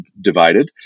divided